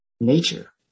nature